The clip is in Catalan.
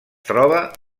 troba